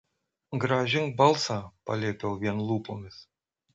grąžink balsą paliepiau vien lūpomis